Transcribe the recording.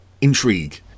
intrigue